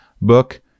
book